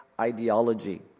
ideology